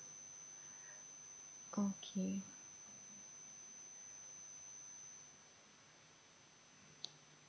okay